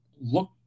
look